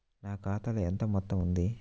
నా ఖాతాలో ఎంత మొత్తం ఉంది?